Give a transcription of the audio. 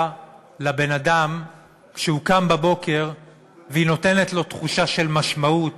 לבן-אדם כשהוא קם בבוקר והיא נותנת לו תחושה של משמעות,